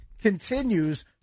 continues